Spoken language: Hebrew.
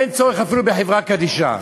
אין צורך אפילו בחברה קדישא.